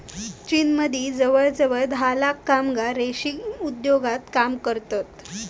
चीनमदी जवळजवळ धा लाख कामगार रेशीम उद्योगात काम करतत